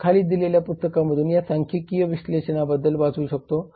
आपण खाली दिलेल्या पुस्तकांमधून या सांख्यिकीय विश्लेषणाबद्दल वाचू शकतो